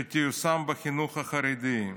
שתיושם בחינוך החרדי.